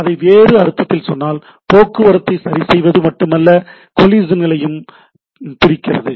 இதை வேறு அர்த்தத்தில் சொன்னால் இது போக்குவரத்தை சரி செய்வது மட்டுமல்ல கொலிஷன் களையும் பிரிக்கிறது